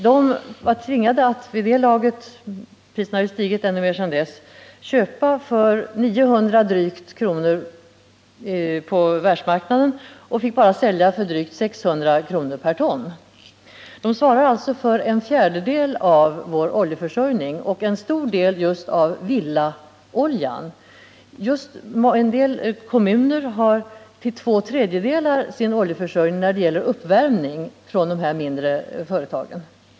De var vid det laget tvingade — priserna har stigit ännu mer sedan dess — att köpa för drygt 900 kr. per ton på världsmarknaden och fick sälja för bara drygt 600 kr. per ton. Dessa bolag svarar alltså för en fjärdedel av vår oljeförsörjning och för en stor del av just villaoljan. En del kommuner får två tredjedelar av den olja de behöver för uppvärmning från dessa mindre bolag.